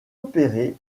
opéré